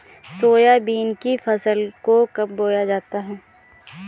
Soybean की फसल को कब बोया जाता है?